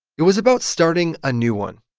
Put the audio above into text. it was about starting a new one